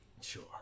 Sure